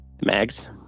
Mags